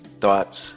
Thoughts